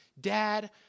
Dad